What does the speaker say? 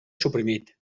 suprimit